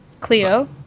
Cleo